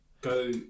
go